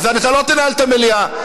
אתה לא תנהל את המליאה.